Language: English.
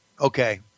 okay